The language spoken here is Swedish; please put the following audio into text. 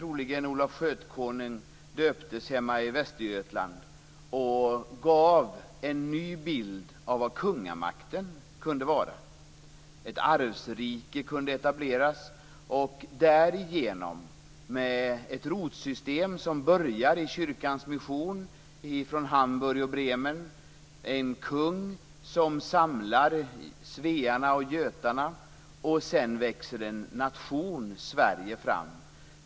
Olof Skötkonung döptes troligen hemma i Västergötland och gav en ny bild av vad kungamakten kunde vara. Ett arvsrike kunde etableras och därigenom, med ett rotsystem som började i kyrkans mission ifrån Hamburg och Bremen, en kung som samlar svearna och götarna. Sedan växer nationen Sverige fram.